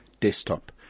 desktop